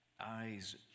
eyes